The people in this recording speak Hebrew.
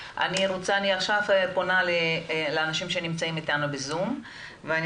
אני עכשיו פונה לאנשים שנמצאים איתנו בזום ואני